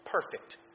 perfect